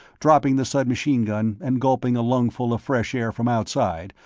dropping the submachine-gun and gulping a lungful of fresh air from outside,